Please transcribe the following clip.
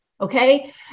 Okay